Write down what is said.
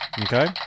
Okay